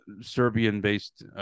Serbian-based